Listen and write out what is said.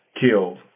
killed